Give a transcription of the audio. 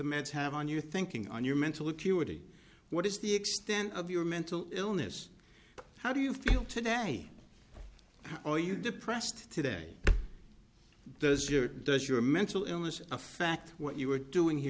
meds have on your thinking on your mental acuity what is the extent of your mental illness how do you feel today how are you depressed today does your does your mental illness a fact what you were doing here